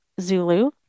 Zulu